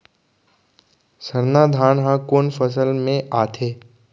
सरना धान ह कोन फसल में आथे?